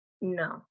No